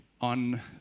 on